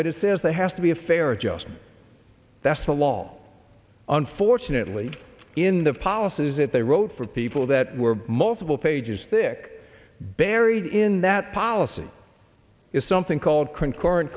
but it says there has to be a fair or just that's a long unfortunately in the policies that they wrote for people that were multiple pages thick buried in that policy is something called co